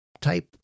type